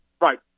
Right